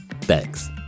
Thanks